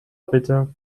bitte